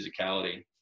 physicality